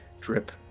drip